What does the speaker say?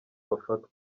bafatwa